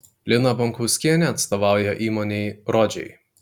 lina bankauskienė atstovauja įmonei rodžiai